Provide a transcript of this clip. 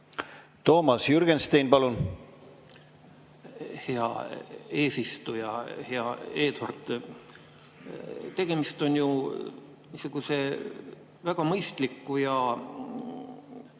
Toomas Jürgenstein, palun! Hea eesistuja! Hea Eduard! Tegemist on ju väga mõistliku ja